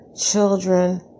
children